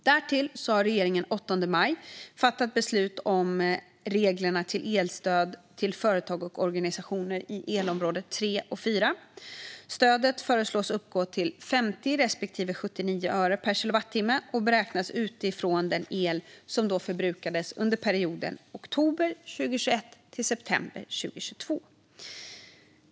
Därtill har regeringen den 8 maj 2023 fattat beslut om reglerna för elstöd till företag och organisationer i elområde 3 och 4. Stödet föreslås uppgå till 50 respektive 79 öre per kilowattimme och beräknas utifrån den el som förbrukades under perioden oktober 2021 till september 2022.